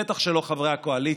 בטח שלא חברי הקואליציה.